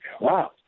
wow